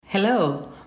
Hello